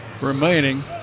remaining